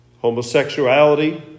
Homosexuality